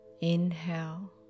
Inhale